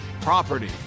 Property